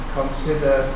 consider